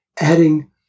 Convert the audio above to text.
adding